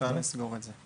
אפשר לסגור את זה.